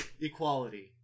equality